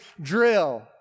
drill